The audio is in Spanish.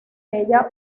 ella